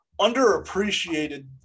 underappreciated